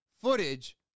footage